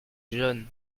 jaunes